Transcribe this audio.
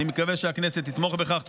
אני מקווה שהכנסת תתמוך בכך.